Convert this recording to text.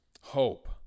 hope